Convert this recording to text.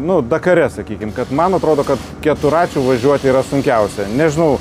nu dakare sakykim kad man atrodo kad keturračių važiuoti yra sunkiausia nežinau